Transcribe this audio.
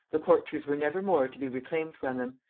the courtiers were never more to be reclaimed from them,